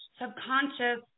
subconscious